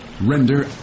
Render